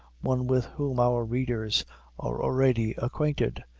one with whom our readers are already acquainted.